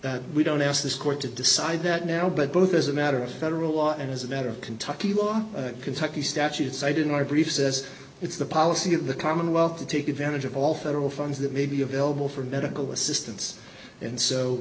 that we don't ask this court to decide that now but both as a matter of federal law and as a matter of kentucky law kentucky statutes i did my brief says it's the policy of the commonwealth to take advantage of all federal funds that may be available for medical assistance and